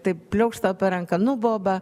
taip pliaukšt tau per ranką nu boba